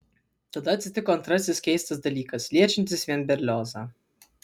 tada atsitiko antrasis keistas dalykas liečiantis vien berliozą